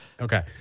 Okay